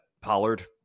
Pollard